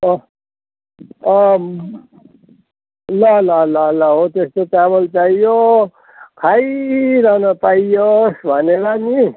अँ अँ ल ल ल ल हो त्यस्तो चामल चाहियो खाइरहन पाइयोस् भनेर नि